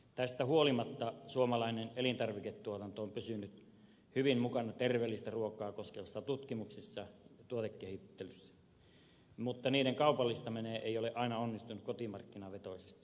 tästä huolimatta suomalainen elintarviketuotanto on pysynyt hyvin mukana terveellistä ruokaa koskevissa tutkimuksissa ja tuotekehittelyssä mutta suomalaisten elintarvikkeiden kaupallistaminen ei ole aina onnistunut kotimarkkinavetoisesti